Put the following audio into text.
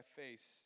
face